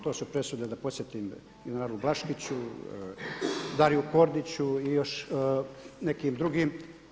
To su presude da podsjetim generalu Blaškiću, Dariju Kordiću i još nekim drugim.